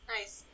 Nice